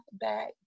back